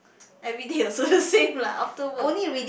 everyday also the same lah after work